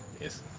Yes